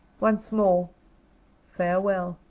once more farewell!